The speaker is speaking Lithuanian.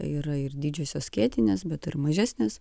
yra ir didžiosios skėtinės bet ir mažesnės